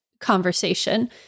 conversation